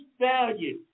value